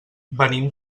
venim